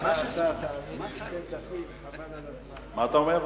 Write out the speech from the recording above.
מה אתה אומר?